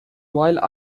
while